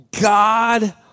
God